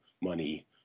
money